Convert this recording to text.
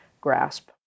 grasp